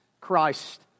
Christ